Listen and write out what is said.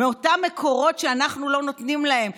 מאותם מקורות שאנחנו לא נותנים להם.